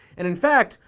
and in fact,